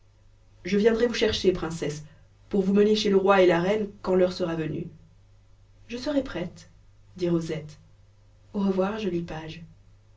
je viendrai vous chercher princesse pour vous mener chez le roi et la reine quand l'heure sera venue je serai prête dit rosette au revoir joli page